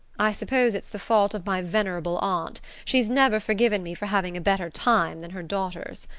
i suppose it's the fault of my venerable aunt she's never forgiven me for having a better time than her daughters.